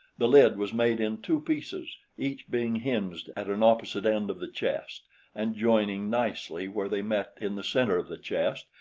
the lid was made in two pieces, each being hinged at an opposite end of the chest and joining nicely where they met in the center of the chest,